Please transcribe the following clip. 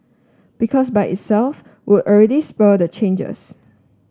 because by itself would already spur the changes